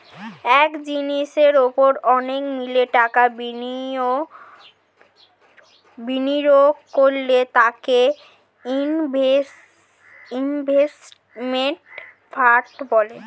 এক জিনিসের উপর অনেকে মিলে টাকা বিনিয়োগ করলে তাকে ইনভেস্টমেন্ট ফান্ড বলে